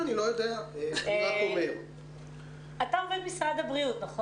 אתה עובד משרד הבריאות, נכון?